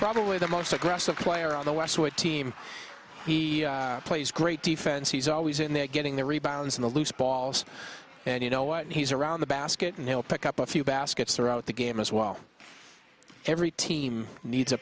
probably the most aggressive player on the westwood team he plays great defense he's always in there getting the rebounds and loose balls and you know what he's around the basket and he'll pick up a few baskets throughout the game as well every team needs a